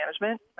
Management